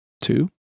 two